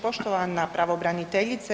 Poštovana pravobraniteljice.